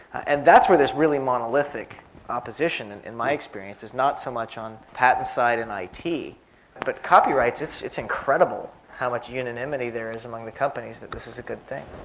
and that's where there's really monolithic opposition and in my experience is not so much on patent side in it, but copyright it's it's incredible how much unanimity there is among the companies that this is a good thing.